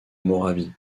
moravie